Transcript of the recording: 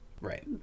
Right